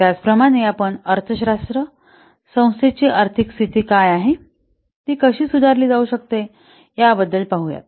त्याचप्रमाणे आपण अर्थशास्त्र संस्थेची आर्थिक स्थिती काय आहे ती कशी सुधारली जाऊ शकते याबद्दल पहावे